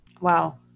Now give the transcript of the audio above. Wow